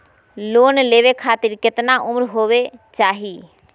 Loan लेवे खातिर केतना उम्र होवे चाही?